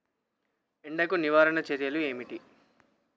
ఎండకు నివారణ చర్యలు ఏమిటి?